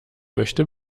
möchte